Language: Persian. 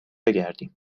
بگردیم